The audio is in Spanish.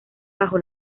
bajo